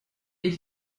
est